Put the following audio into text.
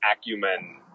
acumen